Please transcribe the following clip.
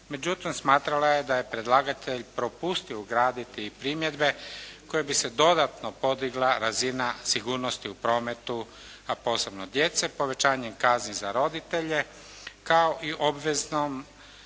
međutim smatrala je da je predlagatelj propustio ugraditi i primjedbe koje bi se dodatno podigla razina sigurnosti u prometu, a posebno djece povećanjem kazni za roditelje, kao i obveznom